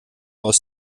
aus